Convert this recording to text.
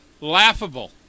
laughable